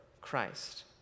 Christ